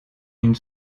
une